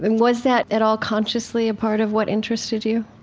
was that at all consciously a part of what interested you?